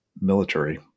military